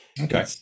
Okay